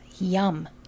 Yum